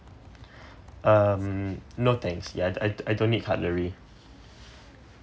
um no thanks ya I I don't need cutlery